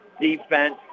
defense